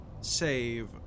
Save